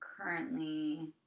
Currently